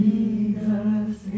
Jesus